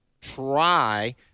Try